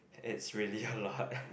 it's really a lot